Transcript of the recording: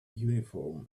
uniform